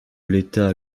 l’état